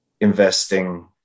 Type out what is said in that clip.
investing